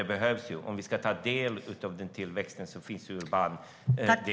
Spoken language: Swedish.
Det behövs om vi ska kunna ta del av den urbana tillväxten i Sverige.